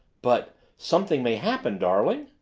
but something may happen, darling!